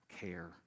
care